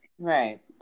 Right